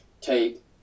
take